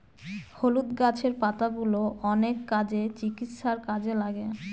হলুদ গাছের পাতাগুলো অনেক কাজে, চিকিৎসার কাজে লাগে